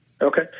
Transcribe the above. Okay